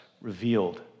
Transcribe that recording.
revealed